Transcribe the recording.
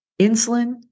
Insulin